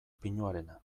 pinuarena